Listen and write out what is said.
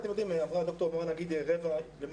אמרה ד"ר מורן נגיד שהם יותר מרבע,